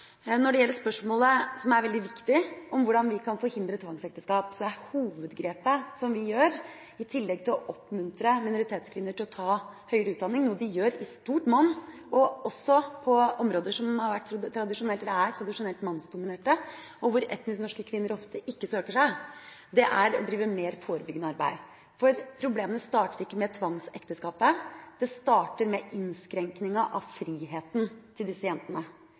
Når det gjelder spørsmålet, som er veldig viktig, om hvordan vi kan forhindre tvangsekteskap, er hovedgrepet som vi gjør – i tillegg til å oppmuntre minoritetskvinner til å ta høyere utdanning, noe de gjør i stort monn, også på områder som tradisjonelt er mannsdominert, og hvor etnisk norske kvinner ofte ikke søker seg – å drive mer forebyggende arbeid. Problemene starter ikke med tvangsekteskapet; det starter med innskrenkning av friheten til